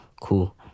Cool